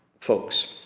folks